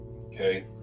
okay